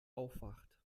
aufwacht